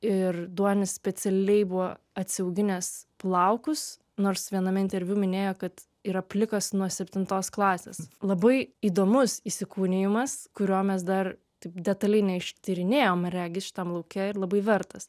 ir duonis specialiai buvo atsiauginęs plaukus nors viename interviu minėjo kad yra plikas nuo septintos klasės labai įdomus įsikūnijimas kurio mes dar taip detaliai neištyrinėjom regis šitam lauke ir labai vertas